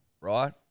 right